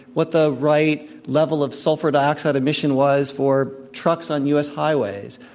what the right level of sulphur dioxide emission was for trucks on us highways,